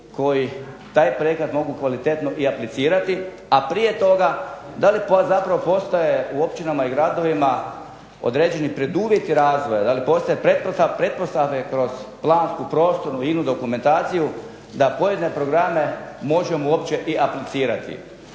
koji taj projekat mogu kvalitetno i aplicirati, a prije toga da li zapravo postoje u općinama i gradovima određeni preduvjeti razvoja, da li postoje pretpostavke kroz plansku, prostornu i inu dokumentaciju da pojedine programe možemo uopće i aplicirati.